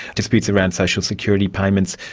disputes around social security payments,